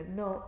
no